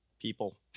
people